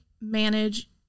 manage